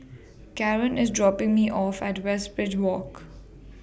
Karon IS dropping Me off At Westridge Walk